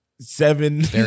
seven